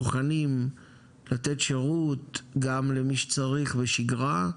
מוכנים לתת שירות גם למי שצריך בשגרה,